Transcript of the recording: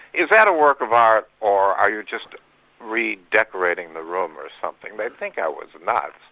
is that a work of art or are you just redecorating the room or something? they'd think i was nuts,